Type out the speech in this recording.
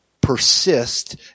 persist